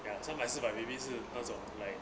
ya 三百四百 maybe 是那种 like